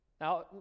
Now